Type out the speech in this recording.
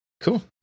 cool